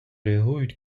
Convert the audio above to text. реагують